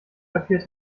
kapiert